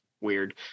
weird